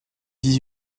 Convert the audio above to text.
dix